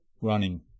running